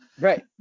Right